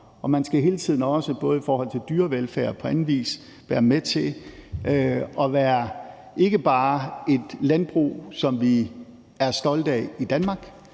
og man skal hele tiden også, både i forhold til dyrevelfærd og på anden vis, være med til ikke bare at være et landbrug, som vi er stolte af i Danmark,